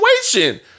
situation